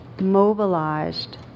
mobilized